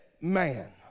man